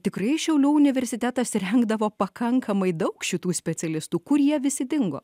tikrai šiaulių universitetas rengdavo pakankamai daug šitų specialistų kurie jie visi dingo